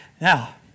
Now